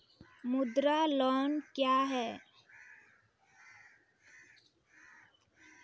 मुद्रा लोन क्या हैं?